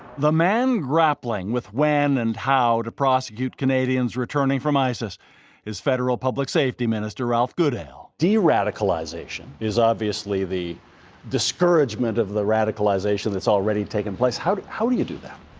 man grappling with when and how to prosecute canadians returning from isis is federal public safety minister ralph goodale. de-radicalization is obviously the discouragement of the radicalization that's already taken place. how how do you do that?